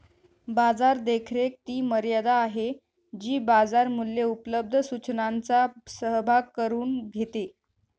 बाजार देखरेख ती मर्यादा आहे जी बाजार मूल्ये उपलब्ध सूचनांचा सहभाग करून घेते